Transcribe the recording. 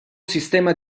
sistema